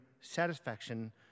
satisfaction